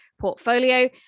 portfolio